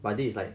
but this is like